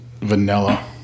vanilla